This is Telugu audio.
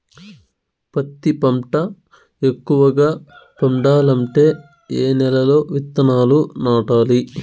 పత్తి పంట ఎక్కువగా పండాలంటే ఏ నెల లో విత్తనాలు నాటాలి?